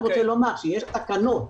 יש תקנות